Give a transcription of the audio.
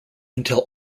until